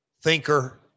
thinker